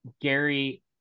Gary